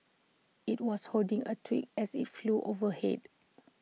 IT was holding A twig as IT flew overhead